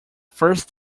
first